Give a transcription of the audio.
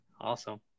Awesome